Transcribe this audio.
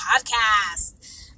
podcast